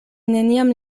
neniam